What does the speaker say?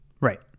Right